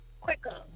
quicker